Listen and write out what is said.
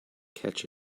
catch